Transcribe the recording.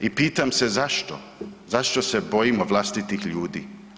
I pitam se zašto, zašto se bojimo vlastitih ljudi?